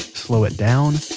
slow it down,